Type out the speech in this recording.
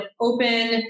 open